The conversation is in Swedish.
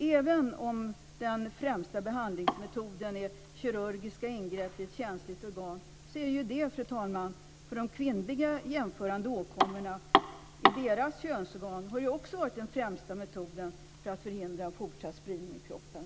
Även om den främsta behandlingsmetoden är kirurgiska ingrepp i ett känsligt organ har den, fru talman, för de kvinnliga jämförbara åkommorna i kvinnornas könsorgan också varit den främsta metoden för att förhindra fortsatt spridning i kroppen.